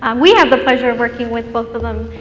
and we have the pleasure of working with both of them,